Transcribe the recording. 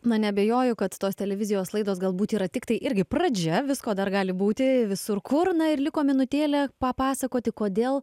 na neabejoju kad tos televizijos laidos galbūt yra tiktai irgi pradžia visko dar gali būti visur kur na ir liko minutėlė papasakoti kodėl